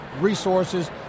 resources